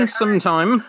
sometime